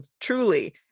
truly